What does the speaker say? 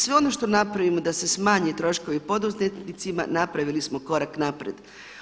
Sve ono što napravimo da se smanje troškovi poduzetnicima napravili smo korak naprijed.